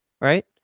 right